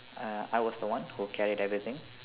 uh I was the one who carried everything